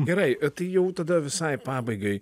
gerai tai jau tada visai pabaigai